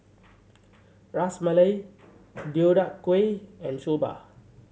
Ras Malai Deodeok Gui and Soba